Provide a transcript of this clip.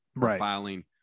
filing